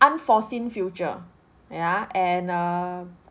unforeseen future ya and err